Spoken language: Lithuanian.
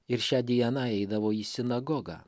ir šią dieną eidavo į sinagogą